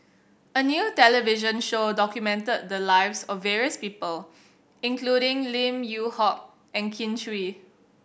a new television show documented the lives of various people including Lim Yew Hock and Kin Chui